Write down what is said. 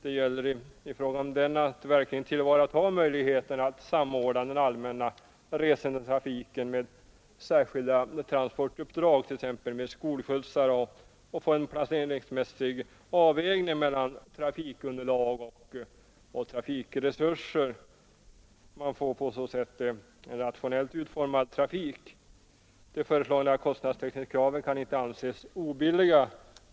Det gäller här att verkligen tillvarata möjligheterna att samordna den allmänna resandetrafiken med särskilda transportuppdrag, t.ex. skolskjutsar, och få en god avvägning mellan trafikunderlag och trafikresurser. Man får på så sätt en rationellt utformad trafik. De förslagna kostnadstäckningskraven kan inte anses obilliga.